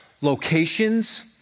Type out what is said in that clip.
locations